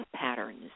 patterns